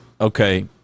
Okay